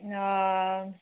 अ